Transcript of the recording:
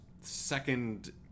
second